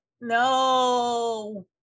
no